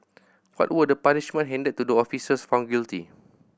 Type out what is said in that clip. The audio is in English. what were the punishment handed to the officers found guilty